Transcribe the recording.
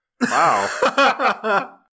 Wow